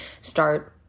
start